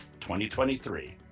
2023